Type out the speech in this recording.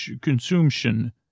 consumption